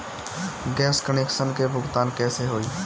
Gas connection के भुगतान कैसे होइ?